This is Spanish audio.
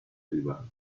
privada